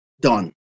done